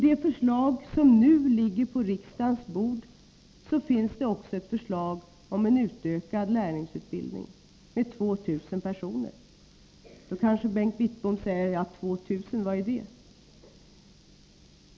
I det förslag som nu ligger på riksdagens bord finns det även ett förslag om en med 2 000 personer ökad lärlingsutbildning. Bengt Wittbom kanske frågar: 2 000 — vad är det?